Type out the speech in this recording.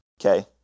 Okay